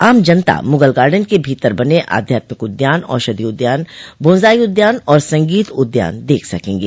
आम जनता मुगल गार्डेन के भीतर बने आध्यात्मिक उद्यान औषधि उद्यान बोंजाई उद्यान और संगीत उद्यान देख सकेंगे